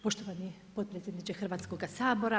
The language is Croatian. Poštovani potpredsjedniče Hrvatskog sabora.